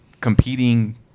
competing